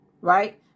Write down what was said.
right